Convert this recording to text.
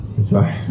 Sorry